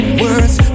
words